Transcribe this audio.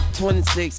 26